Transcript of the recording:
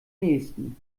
nähesten